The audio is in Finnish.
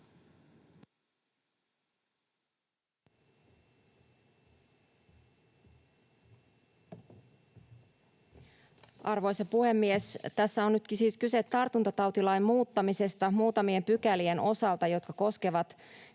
Arvoisa puhemies! Tässä on nytkin siis kyse tartuntatautilain muuttamisesta muutamien pykälien osalta, jotka koskevat